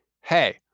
Hey